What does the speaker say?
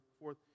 forth